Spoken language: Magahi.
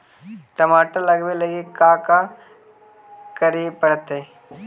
टमाटर लगावे लगी का का करये पड़तै?